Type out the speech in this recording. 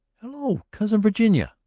hello, cousin virginia,